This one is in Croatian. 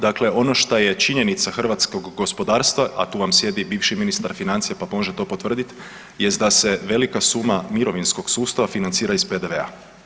Dakle ono što je činjenica hrvatskog gospodarstva, a tu vam sjedi bivši ministar financija pa može to potvrditi jest da se velika suma mirovinskog sustava financira iz PDV-a.